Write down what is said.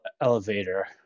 elevator